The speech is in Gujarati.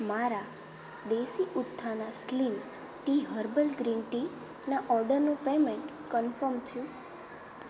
મારા દેશી ઉત્થાના સ્લિમ ટી હર્બલ ગ્રીન ટીના ઓર્ડરનું પેમેંટ કન્ફર્મ થયું